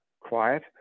quiet